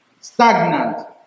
stagnant